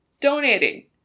donating